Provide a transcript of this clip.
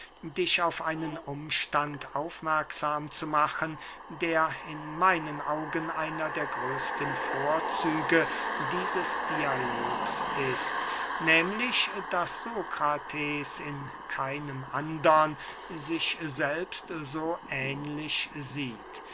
dich auf einen umstand aufmerksam zu machen der in meinen augen einer der größten vorzüge dieses dialogs ist nehmlich daß sokrates in keinem andern sich selbst so ähnlich sieht